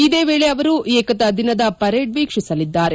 ಇದೇ ವೇಳೆ ಅವರು ಏಕತಾ ದಿನದ ಪರೇಡ್ ವೀಕ್ಷಿಸಲಿದ್ದಾರೆ